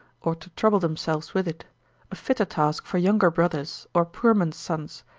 or to trouble themselves with it a fitter task for younger brothers, or poor men's sons,